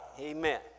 Amen